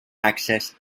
access